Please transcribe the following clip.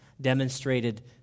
demonstrated